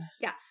Yes